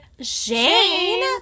Shane